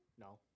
No